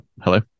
hello